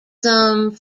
some